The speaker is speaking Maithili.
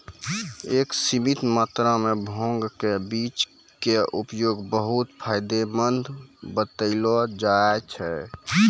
एक सीमित मात्रा मॅ भांग के बीज के उपयोग बहु्त फायदेमंद बतैलो जाय छै